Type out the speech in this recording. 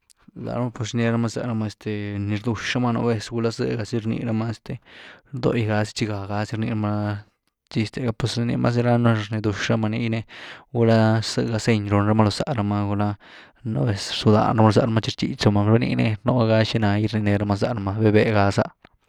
Lárama rduwx né rama zárama, este ni rduwx rama nú vez, gulá zëgá zy rni ramá este doygá zy txigá zy rníramá chiste, pues zy ni rnia mas que nada ni rdux ramaá ní ni, gulá zëgá zeny ni run ramá ló zá rama gulá nú vez rzudán rama loh zá rama txi rtxitx rama, ra niní nú ga xinná gy rack néh ramá zá rmá ma, veh-veh gá zá.